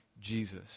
Jesus